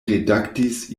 redaktis